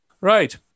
right